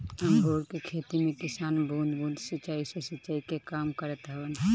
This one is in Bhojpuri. अंगूर के खेती में किसान बूंद बूंद सिंचाई से सिंचाई के काम करत हवन